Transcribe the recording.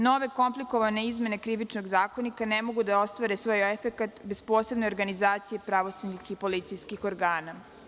Nove komplikovane izmene Krivičnog zakonika ne mogu da ostvare svoj efekat bez posebne organizacije pravosudnih i policijskih organa.